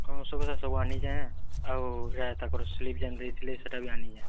ହଁ ଓଷୋକଷା ସବୁ ଆନିଛେଁ ଆଉ ଯାହା ତାଙ୍କର୍ ସ୍ଲିପ୍ ଯେନ୍ ଦେଇଥିଲେ ସେଟା ବି ଆନିଛେଁ